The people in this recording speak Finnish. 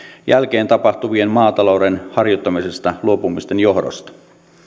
jälkeen tapahtuvien maatalouden harjoittamisesta luopumisten johdosta